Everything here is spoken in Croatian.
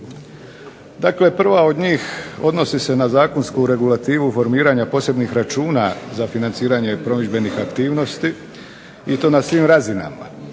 Dakle, prva od njih odnosi se na zakonsku regulativu formiranja posebnih računa za financiranje promidžbenih aktivnosti i to na svim razinama,